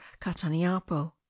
cataniapo